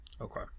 Okay